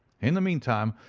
in the meantime,